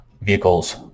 vehicles